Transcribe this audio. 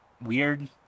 weird